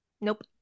Nope